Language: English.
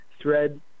thread